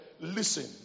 Listen